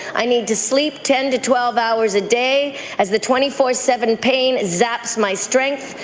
i need to sleep ten to twelve hours a day as the twenty four seven pain zaps my strength.